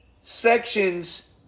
sections